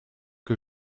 que